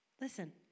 Listen